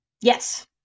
Yes